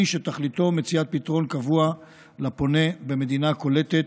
שתכליתו מציאת פתרון קבוע לפונה במדינה קולטת,